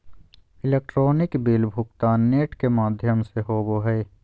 electronic bill भुगतान net के माघ्यम से होवो हइ